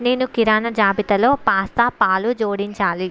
నేను కిరాణా జాబితాలో పాస్తా పాలు జోడించాలి